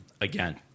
Again